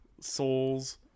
souls